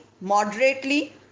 moderately